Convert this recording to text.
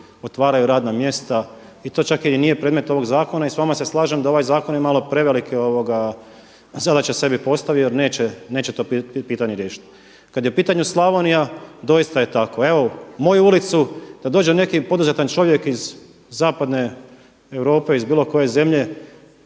otvaraju radna mjesta. I to čak i nije predmet ovog zakona i s vama se slažem da ovaj zakon je malo prevelike zadaće sebi postavio jer neće to pitanje riješiti. Kada je u pitanju Slavonija, doista je tako. Evo u moju ulicu da dođe neki poduzetan čovjek iz zapadne Europe, iz bilo koje zemlje,